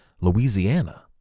Louisiana